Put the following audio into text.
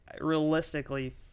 realistically